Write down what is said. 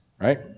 right